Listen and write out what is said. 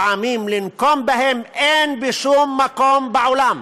פעמים לנקום בהם, אין בשום מקום בעולם